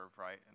right